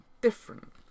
different